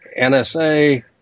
NSA